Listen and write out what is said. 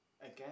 again